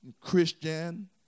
Christian